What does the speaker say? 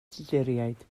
tuduriaid